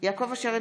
יעקב אשר,